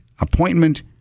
appointment